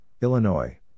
Illinois